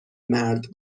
مرد